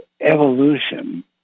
evolution